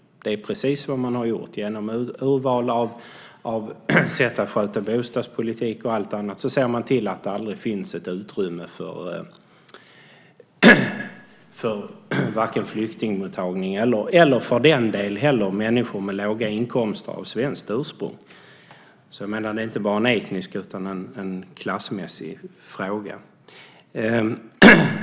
Det är vad man har gjort. Genom urval i sättet att sköta bostadspolitik och annat ser man till att det inte finns utrymme för flyktingmottagning och inte heller för människor av svenskt ursprung med låga inkomster. Det är inte bara en etnisk utan också en klassmässig fråga.